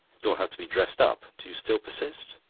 you'll have to be dressed up. do you still persist?